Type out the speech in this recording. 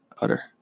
utter